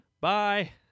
Bye